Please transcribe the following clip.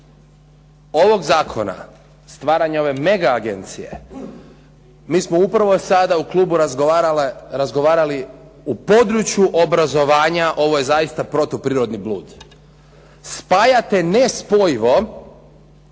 ovog zakona, stvaranja ove mega agencije mi smo upravo sada u klubu razgovarali u području obrazovanje ovo je zaista protuprirodni blud. Spajate nespojivo